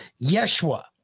Yeshua